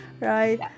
right